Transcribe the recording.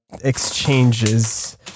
exchanges